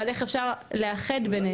אבל איך אפשר לאחד ביניהם?